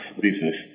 business